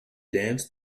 dance